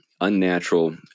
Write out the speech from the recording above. unnatural